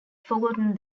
forgotten